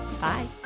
Bye